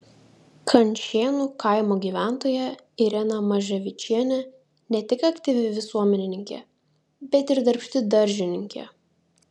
kančėnų kaimo gyventoja irena maževičienė ne tik aktyvi visuomenininkė bet ir darbšti daržininkė